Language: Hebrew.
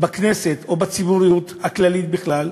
בכנסת או בציבוריות הכללית בכלל,